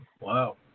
Wow